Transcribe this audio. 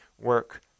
work